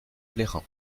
plérin